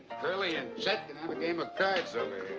curley and chet can have a game of cards.